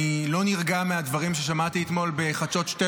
אני לא נרגע מהדברים ששמעתי אתמול בחדשות 12